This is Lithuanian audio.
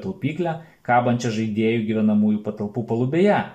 taupyklę kabančią žaidėjų gyvenamųjų patalpų palubėje